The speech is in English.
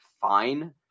fine